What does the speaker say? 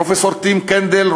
פרופסור טים קנדאל,